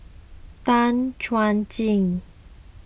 Tan Chuan Jin